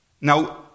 Now